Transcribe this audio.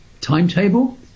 timetable